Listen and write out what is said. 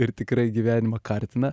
ir tikrai gyvenimą kartina